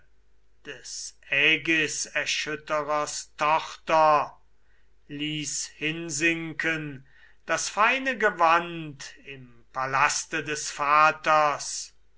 des ägiserschütterers tochter ließ hingleiten das feine gewand im palaste des vaters